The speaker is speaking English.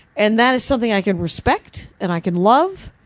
and that is something i can respect, and i can love,